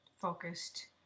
focused